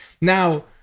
now